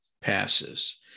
passes